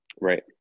right